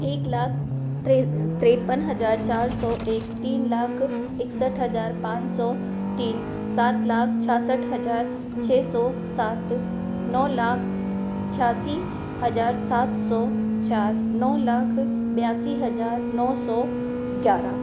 एक लाख त्रे त्रेपन हज़ार चार सौ एक तीन लाख इकसठ हज़ार पाँच सौ तीन सात लाख छ्यासठ हज़ार छ सौ सात नौ लाख छ्यासी हज़ार सात सौ चार नौ लाख बयासी हज़ार नौ सौ ग्यारह